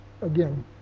again